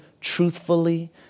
truthfully